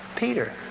Peter